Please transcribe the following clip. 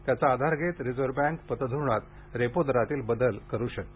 त्याचा आधार घेत रिझर्व्ह बँक पतधोरणात रेपो दरातील बदल करू शकते